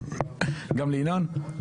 גם לינון?